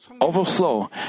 overflow